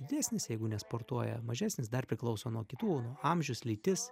didesnis jeigu nesportuoja mažesnis dar priklauso nuo kitų nuo amžius lytis